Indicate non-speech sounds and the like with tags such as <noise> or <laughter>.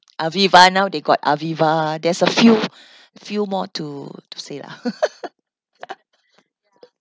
aviva now they got aviva there's a few few more to to say lah <laughs>